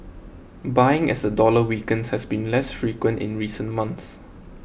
buying as the dollar weakens has been less frequent in recent months